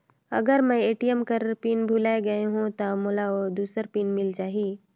अगर मैं ए.टी.एम कर पिन भुलाये गये हो ता मोला दूसर पिन मिल जाही?